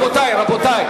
רבותי,